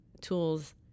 tools